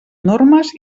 normes